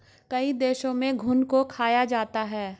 कई देशों में घुन को खाया जाता है